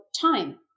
time